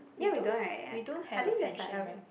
ya we don't [right] I think there's like a